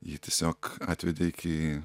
ji tiesiog atvedė iki